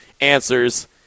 answers –